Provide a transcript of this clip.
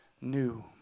new